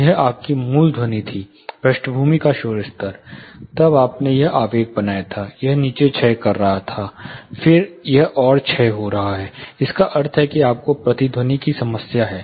यह आपकी मूल ध्वनि थी पृष्ठभूमि का शोर स्तर तब आपने यह आवेग बनाया था यह नीचे क्षय कर रहा था फिर यह और क्षय हो रहा है जिसका अर्थ है कि आपको प्रतिध्वनि की समस्या है